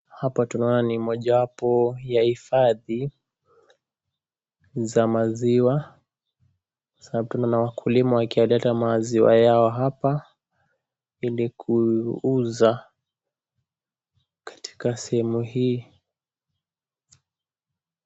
Hapa tunaona ni moja wapo ya hifadhi za maziwa sababu tunaona wakulima wakiyaleta maziwa yao hapa ili kuuza katika sehemu hii.